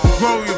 grow